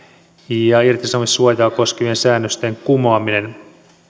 ja ja irtisanomissuojaa koskevien säännösten kumoaminen